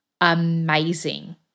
amazing